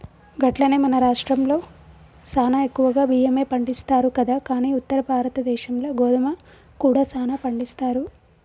గట్లనే మన రాష్ట్రంలో సానా ఎక్కువగా బియ్యమే పండిస్తారు కదా కానీ ఉత్తర భారతదేశంలో గోధుమ కూడా సానా పండిస్తారు